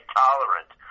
tolerant